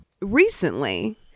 Recently